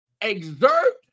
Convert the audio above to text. exert